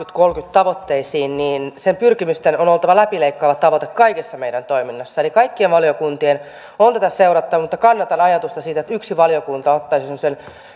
tavoitteisiin näiden pyrkimysten on oltava läpileikkaava tavoite kaikessa meidän toiminnassamme eli kaikkien valiokuntien on tätä seurattava mutta kannatan ajatusta siitä että yksi valiokunta ottaisi semmoisen